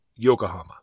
Yokohama